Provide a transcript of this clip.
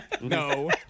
no